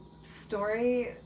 story